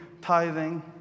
tithing